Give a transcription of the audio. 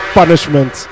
punishment